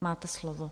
Máte slovo.